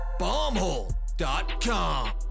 Bombhole.com